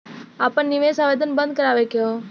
आपन निवेश आवेदन बन्द करावे के हौ?